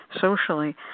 socially